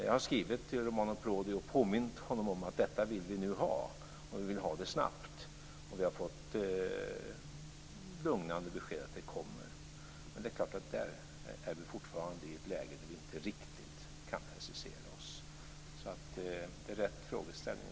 Jag har skrivit till Romano Prodi och påmint honom om att detta vill vi nu ha, och vi vill ha det snabbt. Vi har fått lugnande besked att det kommer. Där är vi fortfarande i ett läge där vi inte riktigt kan precisera oss. Åsa Torstensson tar upp rätt frågeställning.